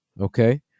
okay